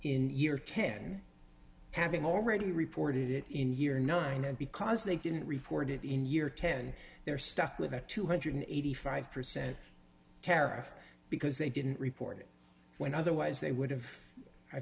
in year ten having already reported it in year nine and because they didn't report it in year ten they're stuck with a two hundred and eighty five percent tariff because they didn't report it when otherwise they would have i